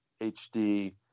HD